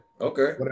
Okay